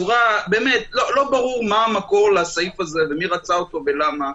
באמת לא ברור מה המקור לסעיף הזה ומי רצה אותו ולמה,